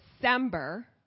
December